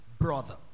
brother